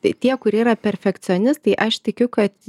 tai tie kurie yra perfekcionistai aš tikiu kad